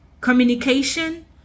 communication